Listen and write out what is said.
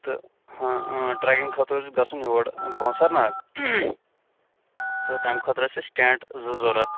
تہٕ ہاں ٹریکِنگ خٲطرٕ اوس اَسہِ گژھُن یور کونٛژناگ تہٕ تَمہِ خٲطرٕ ٲسۍ اَسہِ ٹینٛٹ زٕ ضروٗرت